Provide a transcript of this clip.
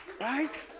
right